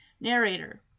Narrator